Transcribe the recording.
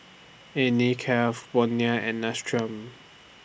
Anne Klein Bonia and Nestum